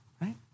right